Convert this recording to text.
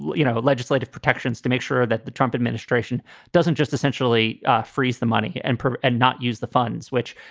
you know, legislative protections to make sure that the trump administration doesn't just essentially freeze the money and and not use the funds, which,